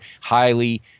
highly